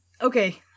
okay